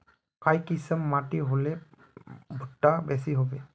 काई किसम माटी होले भुट्टा बेसी होबे?